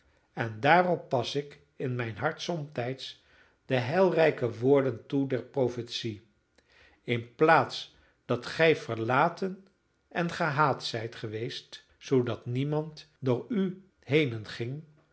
afrika en daarop pas ik in mijn hart somtijds de heilrijke woorden toe der profetie in plaats dat gij verlaten en gehaat zijt geweest zoodat niemand door u henenging